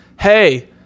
hey